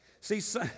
See